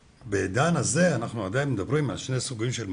בעידן הזה אנחנו עדיין מדברים על שני סוגים של מעונות.